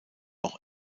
auch